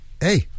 hey